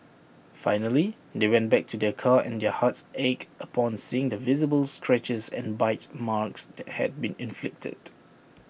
finally they went back to their car and their hearts ached upon seeing the visible scratches and bites marks that had been inflicted